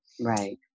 Right